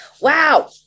wow